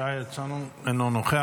חבר כנסת יוראי הרצנו, אינו נוכח.